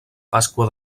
pasqua